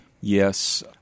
Yes